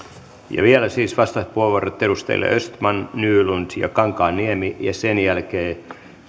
ja vielä siis vastauspuheenvuorot edustajille östman nylund ja kankaanniemi ja sen jälkeen